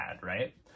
right